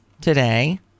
today